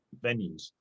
venues